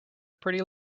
pretty